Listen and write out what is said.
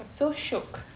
was so shook